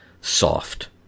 soft